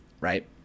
Right